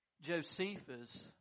Josephus